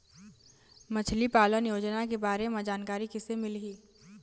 मछली पालन योजना के बारे म जानकारी किसे मिलही?